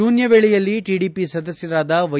ಶೂನ್ಯ ವೇಳೆಯಲ್ಲಿ ಟಡಿಪಿ ಸದಸ್ಯರಾದ ವೈ